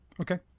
Okay